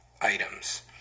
items